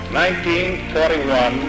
1941